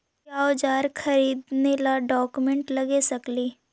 क्या ओजार खरीदने ड़ाओकमेसे लगे सकेली?